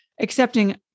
accepting